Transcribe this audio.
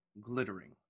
glittering